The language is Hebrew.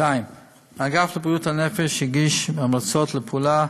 האגף לבריאות הנפש הגיש המלצות לפעולה